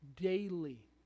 Daily